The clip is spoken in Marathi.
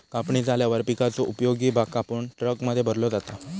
कापणी झाल्यावर पिकाचो उपयोगी भाग कापून ट्रकमध्ये भरलो जाता